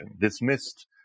dismissed